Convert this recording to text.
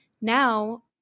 now